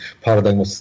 paradigm